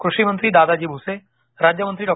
कृषीमंत्री दादाजी भुसे राज्यमंत्री डॉ